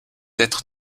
être